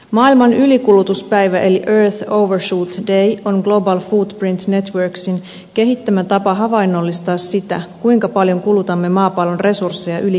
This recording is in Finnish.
maailman ylikulutuspäivä eli earth overshoot day on global footprint networkin kehittämä tapa havainnollistaa sitä kuinka paljon kulutamme maapallon resursseja yli kestävän tason